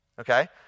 okay